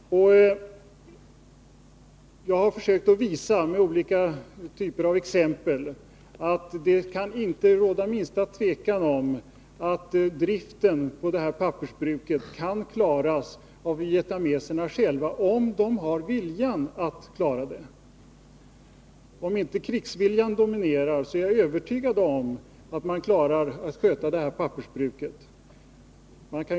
Jag har med olika exempel försökt visa att det inte kan råda minsta tvivel om att vietnameserna själva kan klara driften av pappersbruket i Bai Bang, om de bara har den rätta viljan. Jag är helt övertygad om att man klarar det, såvida inte krigsviljan dominerar.